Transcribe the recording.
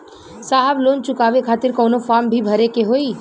साहब लोन चुकावे खातिर कवनो फार्म भी भरे के होइ?